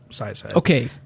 Okay